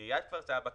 עיריית כפר סבא,